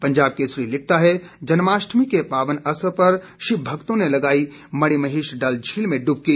पंजाब केसरी लिखता है जन्माष्टमी के पावन अवसर पर शिव भक्तों ने लगाई मणिमहेश डल झील में ढूबकी